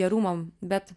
gerumo bet